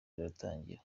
iratangira